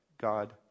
God